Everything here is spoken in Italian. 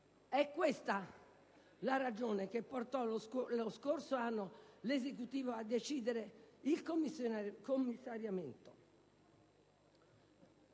È questa la ragione che portò lo scorso anno l'Esecutivo a decidere il commissariamento.